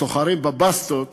וסוחרים בבסטות